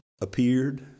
appeared